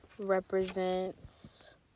represents